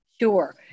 Sure